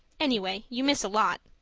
anyway, you miss a lot.